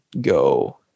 go